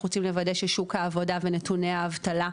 אנחנו רוצים לוודא ששוק העבודה ונתוני האבטלה,